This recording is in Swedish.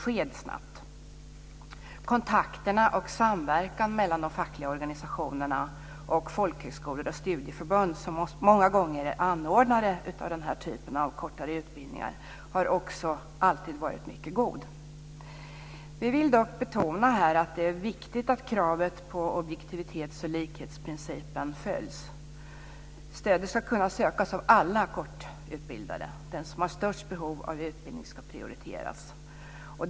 Kontakterna och samverkan mellan de fackliga organisationerna och folkhögskolor och studieförbund, som många gånger är anordnare av denna typ av kortare utbildningar, har också alltid varit mycket goda. Vi vill dock betona att det är viktigt att kravet på objektivitet och likhet följs. Stödet ska kunna sökas av alla kortutbildade. Den som har störst behov av utbildning ska prioriteras.